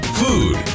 food